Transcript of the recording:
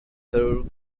through